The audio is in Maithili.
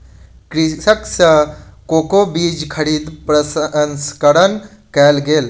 कृषक सॅ कोको बीज खरीद प्रसंस्करण कयल गेल